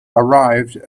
arrived